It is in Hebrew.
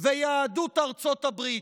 ויהדות ארצות הברית.